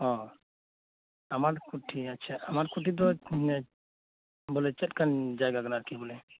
ᱚ ᱟᱪᱪᱷᱟ ᱟᱢᱟᱨ ᱠᱩᱴᱷᱤ ᱟᱢᱟᱨ ᱠᱩᱴᱷᱤ ᱫᱚ ᱪᱮᱫ ᱞᱮᱠᱟᱱ ᱡᱟᱭᱜᱟ ᱠᱟᱱᱟ ᱵᱚᱞᱮ